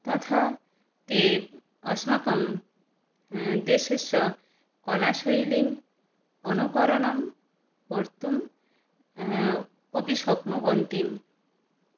तथा ते अस्माकं देशस्य कलाशैलिम् अनुकरणं कर्तुं अपि शक्नुवन्ति